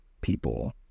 people